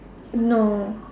no